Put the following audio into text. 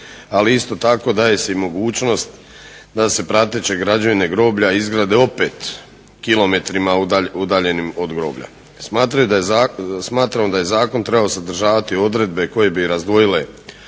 ali isto tako daje si mogućnost da se prateće građevine groblja izgrade opet kilometrima udaljenim od groblja. Smatramo da je zakon trebao sadržavati odredbe koje bi razdvojile